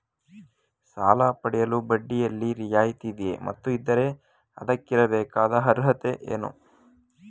ಸಾಲ ಪಡೆಯಲು ಬಡ್ಡಿಯಲ್ಲಿ ರಿಯಾಯಿತಿ ಇದೆಯೇ ಮತ್ತು ಇದ್ದರೆ ಅದಕ್ಕಿರಬೇಕಾದ ಅರ್ಹತೆ ಏನು?